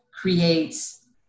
creates